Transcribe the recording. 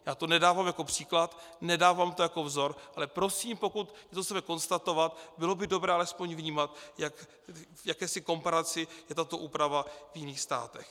Já to nedávám jako příklad, nedávám to jako vzor, ale prosím, pokud to chceme konstatovat, bylo by dobré alespoň vnímat, v jaké komparaci je tato úprava v jiných státech.